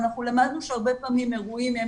אנחנו למדנו שהרבה פעמים אירועים הם